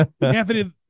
Anthony